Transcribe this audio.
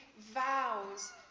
vows